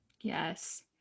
yes